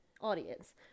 audience